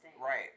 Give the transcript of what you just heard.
Right